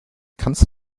kannst